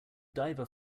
diver